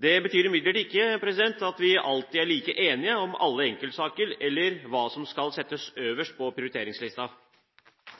Det betyr imidlertid ikke at vi alltid er like enige om alle enkeltsaker, eller hva som skal settes øverst på